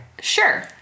Sure